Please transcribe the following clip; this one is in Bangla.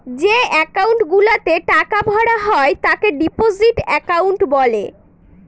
যে একাউন্ট গুলাতে টাকা ভরা হয় তাকে ডিপোজিট একাউন্ট বলে